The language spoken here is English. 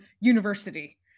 university